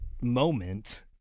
moment